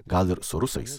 gal ir su rusais